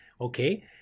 okay